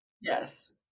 Yes